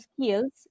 skills